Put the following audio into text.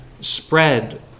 spread